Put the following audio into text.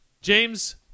James